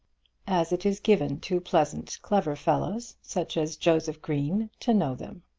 as it is given to pleasant clever fellows, such as joseph green, to know them.